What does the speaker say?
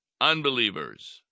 unbelievers